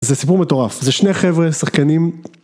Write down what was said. זה סיפור מטורף, זה שני חבר'ה, שחקנים.